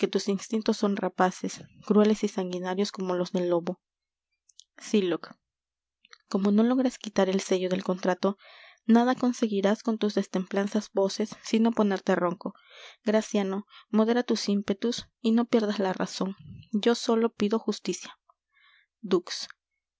tus instintos son rapaces crueles y sanguinarios como los del lobo sylock como no logres quitar el sello del contrato nada conseguirás con tus destempladas voces sino ponerte ronco graciano modera tus ímpetus y no pierdas la razon yo sólo pido justicia dux